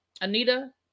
Anita